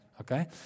okay